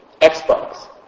Xbox